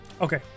Okay